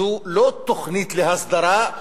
זו לא תוכנית להסדרה,